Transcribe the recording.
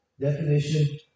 definition